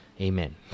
Amen